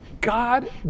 God